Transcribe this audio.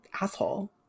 asshole